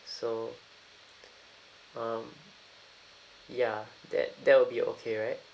so um ya that that will be okay right